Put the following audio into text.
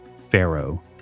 pharaoh